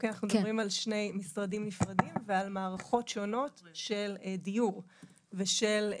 אנחנו מדברים על שני משרדים נפרדים ועל מערכות שונות של דיור ושיקום.